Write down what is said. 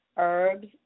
Herbs